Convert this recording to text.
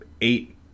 eight